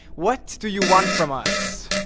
what do you want from us?